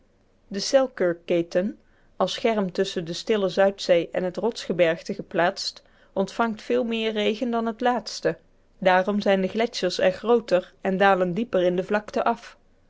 de selkirkketen als scherm tusschen de stille zuidzee en het rotsgebergte geplaatst ontvangt veel meer regen dan het laatste daarom zijn de gletschers er grooter en dalen dieper in de vlakte af